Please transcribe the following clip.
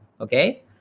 okay